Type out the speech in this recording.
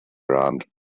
round